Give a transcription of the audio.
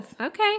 Okay